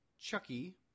Chucky